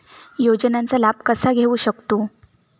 योजनांचा लाभ कसा घेऊ शकतू?